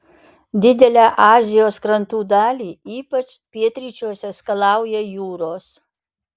didelę azijos krantų dalį ypač pietryčiuose skalauja jūros